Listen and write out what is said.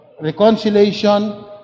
reconciliation